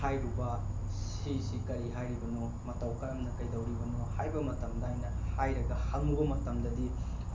ꯍꯥꯏꯔꯨꯕ ꯁꯤꯁꯤ ꯀꯔꯤ ꯍꯥꯏꯔꯤꯕꯅꯣ ꯃꯇꯧ ꯀꯔꯝꯅ ꯀꯩꯗꯧꯔꯤꯕꯅꯣ ꯍꯥꯏꯕ ꯃꯇꯝꯗ ꯑꯩꯅ ꯍꯥꯏꯔꯒ ꯍꯪꯉꯨꯕ ꯃꯇꯝꯗꯗꯤ